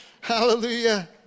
Hallelujah